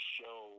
show